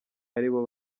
aribo